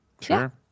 sure